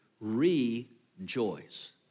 rejoice